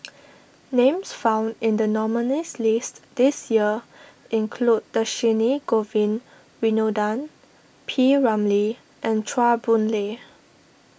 names found in the nominees' list this year include Dhershini Govin Winodan P Ramlee and Chua Boon Lay